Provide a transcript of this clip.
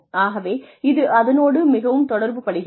ஆகவே இது அதனோடு மிகவும் தொடர்புபடுகிறது